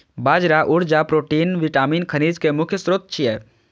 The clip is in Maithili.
बाजरा ऊर्जा, प्रोटीन, विटामिन, खनिज के मुख्य स्रोत छियै